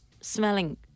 smelling